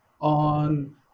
on